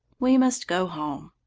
we must go home.